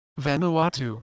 Vanuatu